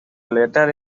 latter